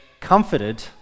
comforted